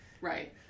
Right